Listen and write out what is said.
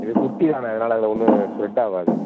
இது குட்டி தானே அதனால் அதில் ஒன்றும் ஸ்ப்ரெட்டாவாது